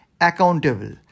accountable